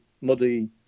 muddy